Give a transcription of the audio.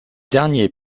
dernier